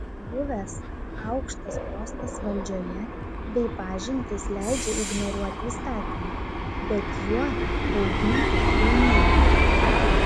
buvęs aukštas postas valdžioje bei pažintys leidžia ignoruoti įstatymą bet juo bauginti kaimynus